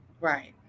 Right